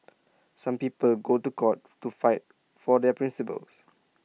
some people go to court to fight for their principles